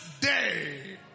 day